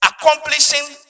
Accomplishing